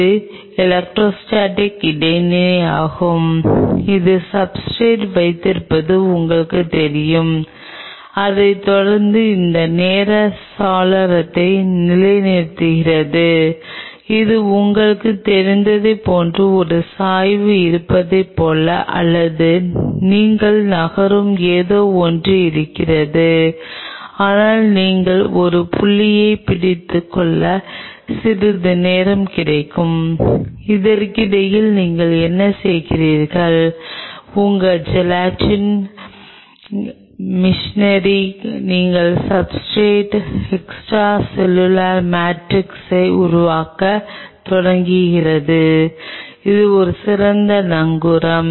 இது எலெக்ட்ரோஸ்டாடிக் இடைவினை ஆகும் இது சப்ஸ்ர்டேட் வைத்திருப்பது உங்களுக்குத் தெரியும் அதைத் தொடர்ந்து அந்த நேர சாளரத்தை நிலைநிறுத்துகிறது இது உங்களுக்குத் தெரிந்ததைப் போன்றது ஒரு சாய்வு இருப்பதைப் போல அல்லது நீங்கள் நகரும் ஏதோ ஒன்று இருக்கிறது ஆனால் நீங்கள் ஒரு புள்ளியைப் பிடித்துக் கொள்ள சிறிது நேரம் கிடைக்கும் இதற்கிடையில் நீங்கள் என்ன செய்கிறீர்கள் உங்கள் ஜெனெடிக் மெஷினேரி நீங்கள் சப்ஸ்ர்டேட் எக்ஸ்ட்ராசெல்லுலர் மேட்ரிக்ஸை உருவாக்கத் தொடங்குகிறீர்கள் இது ஒரு சிறந்த நங்கூரம்